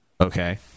okay